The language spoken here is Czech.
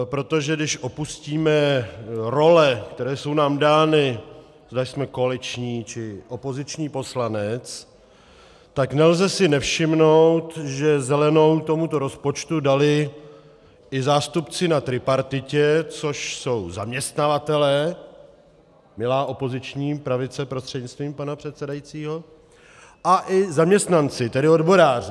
Protože když opustíme role, které jsou nám dány, zda jsme koaliční, či opoziční poslanec, tak si nelze nevšimnout, že zelenou tomuto rozpočtu dali i zástupci na tripartitě, což jsou zaměstnavatelé, milá opoziční pravice prostřednictvím pana předsedajícího, a i zaměstnanci, tedy odboráři.